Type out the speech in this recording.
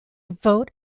vote